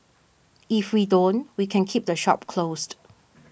if we don't we can keep the shop closed